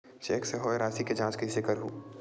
Cheque से होए राशि के जांच कइसे करहु?